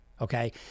Okay